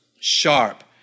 sharp